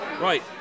Right